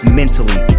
mentally